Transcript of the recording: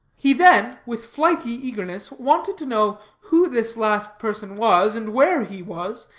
he then, with flighty eagerness, wanted to know who this last person was, and where he was,